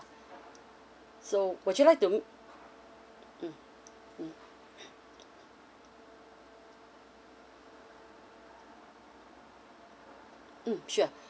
so would you like to mm mm mm sure